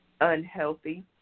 unhealthy